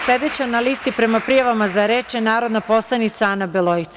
Sledeća na listi prema prijavama za reč je narodna poslanica Ana Beloica.